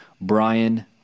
Brian